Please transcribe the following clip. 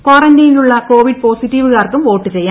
ക്വാറന്റൈനിലുള്ള Covid പോസിറ്റീവുകാർക്കും vote ചെയ്യാം